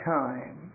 time